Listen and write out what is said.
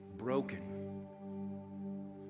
Broken